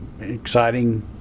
exciting